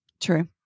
True